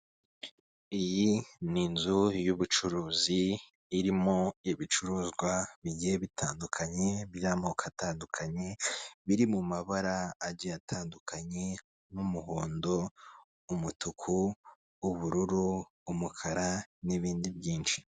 Iyi ni inzu y'ubucuruzi irimo ibicuruzwa bigiye bitandukanye by'amoko atandukanye biri mu mabara atandukanye nk'umuhondo, umutuku, ubururu umukara n'ibindi byinshi.